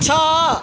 છ